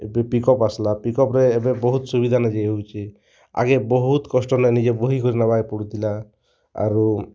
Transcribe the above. ଏବେ ପିକପ୍ ଆସିଲା ପିକପ୍ରେ ଏବେ ବହୁତ ସୁବିଧା ନେ ଯାଇ ହେଉଛି ଆଗେ ବହୁତ କଷ୍ଟ ନେ ନିଜେ ବୋହି କରି ନବାକେ ପଡ଼ୁଥିଲା ଆରୁ